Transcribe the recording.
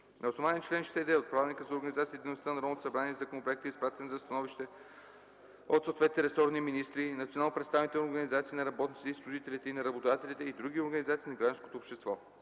На основание чл. 69 от Правилника за организацията и дейността на Народното събрание законопроектът е изпратен за становище от съответните ресорни министри, национално представителните организации на работниците и служителите и на работодателите и други организации на гражданското общество.